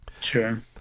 Sure